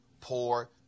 poor